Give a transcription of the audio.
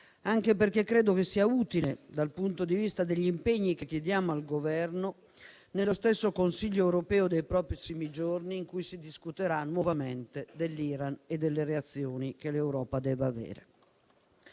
anche perché credo che sia utile dal punto di vista degli impegni che chiediamo al Governo nello stesso Consiglio europeo dei prossimi giorni, in cui si discuterà nuovamente dell'Iran e delle reazioni che l'Europa deve avere.